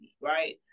right